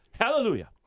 Hallelujah